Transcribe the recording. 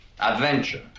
Adventure